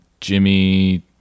Jimmy